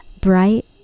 bright